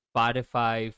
Spotify